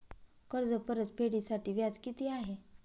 कर्ज परतफेडीसाठी व्याज किती आहे?